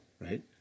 right